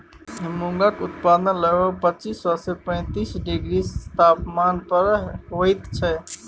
मूंगक उत्पादन लगभग पच्चीस सँ पैतीस डिग्री तापमान पर होइत छै